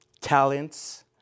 talents